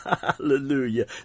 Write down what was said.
Hallelujah